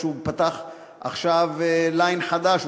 הוא פתח עכשיו ליין חדש,